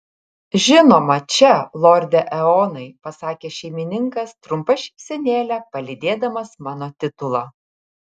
žinoma čia lorde eonai pasakė šeimininkas trumpa šypsenėle palydėdamas mano titulą